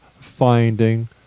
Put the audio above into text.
finding